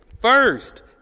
First